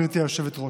גברתי היושבת-ראש: